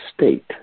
state